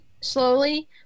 slowly